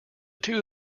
two